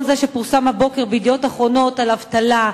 זה שפורסם הבוקר ב"ידיעות אחרונות" על אבטלה,